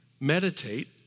meditate